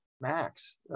max